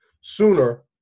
sooner